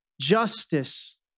justice